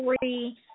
three